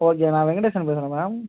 okay நான் வெங்கடேஷன் பேசுகிறேன் ma'am